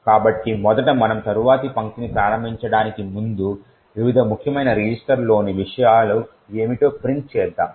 కాబట్టి మొదట మనము తరువాతి పంక్తిని ప్రారంభించడానికి ముందు వివిధ ముఖ్యమైన రిజిస్టర్లలోని విషయాలు ఏమిటో ప్రింట్ చేద్దాం